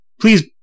please